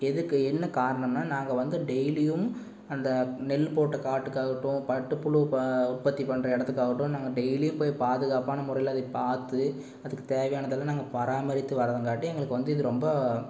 இதுக்கு என்ன காரணம்னால் நாங்கள் வந்து டெய்லியும் அந்த நெல் போட்ட காட்டுக்காகட்டும் பட்டுப்புழு உற்பத்தி பண்ணுற இடத்துக்காகட்டும் நாங்கள் டெய்லியும் போய் பாதுகாப்பான முறையில் அதை பார்த்து அதுக்கு தேவையானதெல்லாம் நாங்கள் பராமரித்து வரங்காட்டி எங்களுக்கு வந்து இது ரொம்ப